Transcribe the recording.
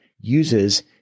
uses